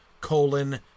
colon